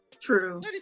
True